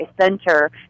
center